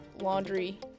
Laundry